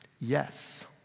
Yes